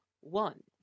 One